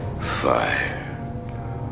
fire